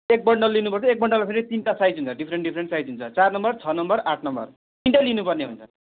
एक बन्डल लिनुपर्छ एक बन्डलमा फेरि तिनवटा साइज हुन्छ डिफरेन्ट डिफरेन्ट साइज हुन्छ चार नम्बर छ नम्बर आठ नम्बर तिनवटै लिनुपर्ने हुन्छ